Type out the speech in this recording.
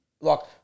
look